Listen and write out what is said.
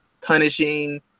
punishing